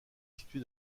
situé